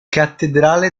cattedrale